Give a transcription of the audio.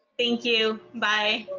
thank you! bye!